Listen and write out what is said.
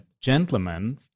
gentlemen